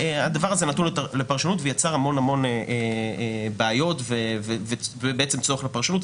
אז הדבר הזה נתון לפרשנות ויצר המון בעיות ובעצם צורך בפרשנות.